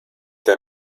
der